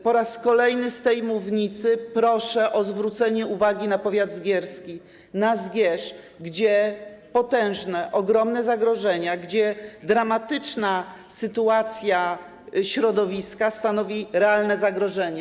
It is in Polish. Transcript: Po raz kolejny z tej mównicy proszę o zwrócenie uwagi na powiat zgierski, na Zgierz, gdzie są potężne, ogromne zagrożenia, gdzie dramatyczna sytuacja środowiska stanowi realne zagrożenie.